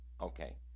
Okay